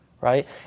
right